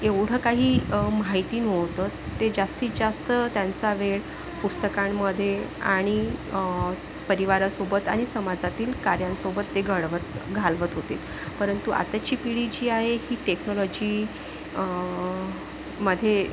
एवढं काही माहिती नव्हतं ते जास्तीत जास्त त्यांचा वेळ पुस्तकांमध्येआणि परिवारासोबत आणि समाजातील कार्यांसोबत ते घडवत घालवत होते परंतु आताची पिढी जी आहे ही टेक्नॉलॉजी मध्ये